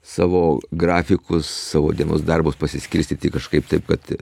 savo grafikus savo dienos darbus pasiskirstyti kažkaip taip kad